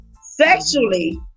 Sexually